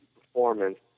performance